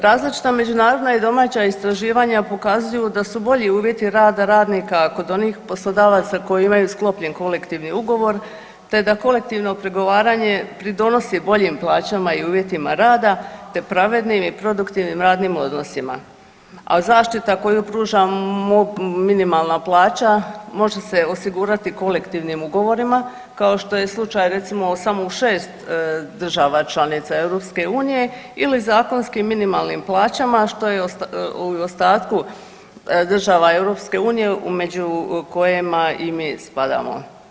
Različita međunarodna i domaća istraživanja pokazuju da su bolji uvjeti rada radnika kod onih poslodavaca koji imaju sklopljen kolektivni ugovor te da kolektivno pregovaranje pridonosi boljim plaćama i uvjetima rada te pravednim i produktivnim radnim odnosima, a zaštita koju pruža minimalna plaća može se osigurati kolektivnim ugovorima kao što je slučaj recimo samo u šest država članica EU ili zakonski minimalnim plaćama što je u ostatku država EU među kojima i mi spadamo.